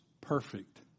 perfect